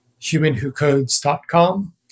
humanwhocodes.com